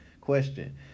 question